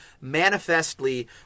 manifestly